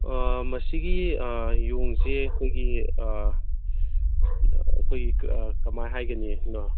ꯑꯥ ꯃꯁꯤꯒꯤ ꯌꯣꯡꯁꯦ ꯑꯩꯈꯣꯏꯒꯤ ꯑꯩꯈꯣꯏꯒꯤ ꯀꯃꯥꯏꯅ ꯍꯥꯏꯒꯅꯤꯅꯣ